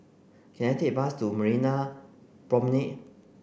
can I take a bus to Marina Promenade